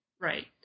Right